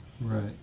Right